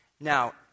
Now